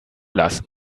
lassen